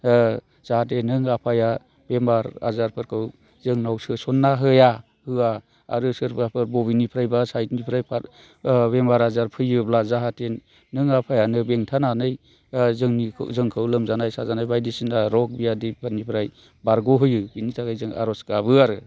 जाहाथे नों आफाया बेमार आजारफोरखौ जोंनाव सोसनना होआ होआ आरो सोरबाफोर बबेनिफ्रायबा साइडनिफ्राय बेमार आजार फैयोब्ला जाहाथे नों आफायानो बेंथानानै जोंनिखौ जोंखौ लोमजानाय साजानाय बायदिसिना रग बियादिफोरनिफ्राय बारग' होयो बिनि थाखाय जोङो आर'ज गाबो आरो